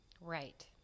Right